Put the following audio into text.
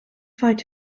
fight